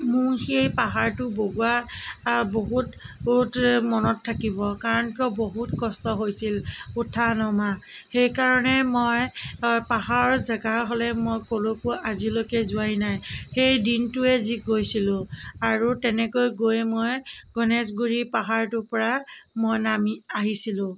মোৰ সেই পাহাৰটো বগোৱা বহুত বহুত মনত থাকিব কাৰণ কিয় বহুত কষ্ট হৈছিল উঠা নমা সেই কাৰণে মই পাহাৰৰ জেগা হ'লে মই ক'লৈকো আজিলৈকে যোৱাই নাই সেই দিনটোৱে যি গৈছিলোঁ আৰু তেনেকৈয়ে গৈ মই গণেশগুৰি পাহাৰটোৰ পৰা মই নামি আহিছিলোঁ